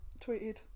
tweeted